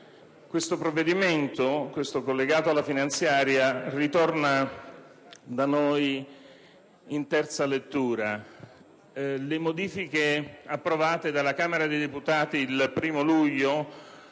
questo provvedimento, collegato alla finanziaria, ritorna qui in Senato in quarta lettura. Le modifiche approvate dalla Camera dei deputati il 1° luglio